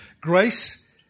Grace